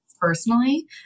personally